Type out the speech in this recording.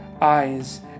eyes